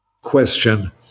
question